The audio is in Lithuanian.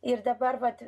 ir dabar vat